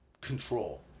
control